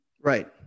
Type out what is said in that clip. Right